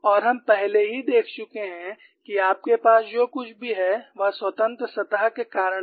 और हम पहले ही देख चुके हैं कि आपके पास जो कुछ भी है वह स्वतंत्र सतह के कारण है